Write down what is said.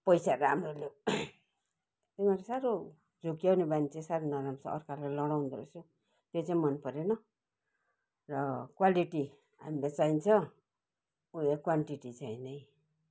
पैसा राम्रो लेउ तिमीहरू साह्रो झुकयाउने बानी चाहिँ साह्रो नराम्रो छ अर्कालाई लडाउँदो रहेछौ त्यो चाहिँ मन परेन र क्वालिटी हामीलाई चाहिन्छ उयो क्वान्टिटी चाहि होइन है